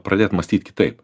pradėt mąstyt kitaip